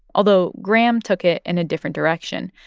although graham took it in a different direction,